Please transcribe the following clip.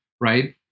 right